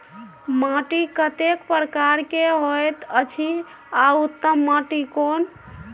माटी कतेक प्रकार के होयत अछि आ उत्तम माटी कोन?